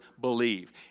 believe